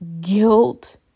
guilt